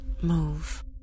move